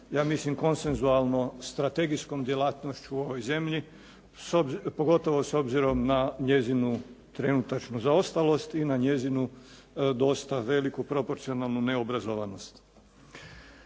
ja mislim konsenzualno strategijskom djelatnošću u ovoj zemlji, pogotovo s obzirom na njezinu trenutačnu zaostalost i na njezinu dosta veliku proporcionalnu neobrazovanost.